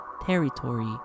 territory